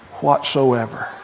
whatsoever